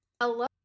Hello